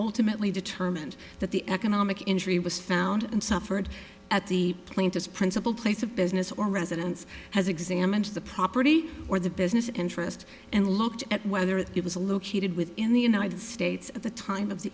alternately determined that the economic injury was found and suffered at the plant as principal place of business or residence has examined the property or the business interest and looked at whether it was a located within the united states at the time of the